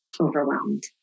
overwhelmed